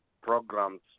programs